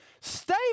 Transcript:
Stay